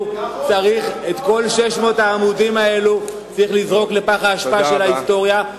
צריך לזרוק לפח האשפה של ההיסטוריה.